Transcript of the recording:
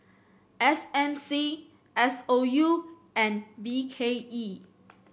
S M C S O U and B K E